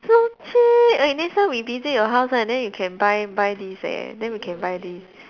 so cheap okay next time we visit your house right then we can buy buy this eh then we can buy this